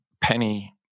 penny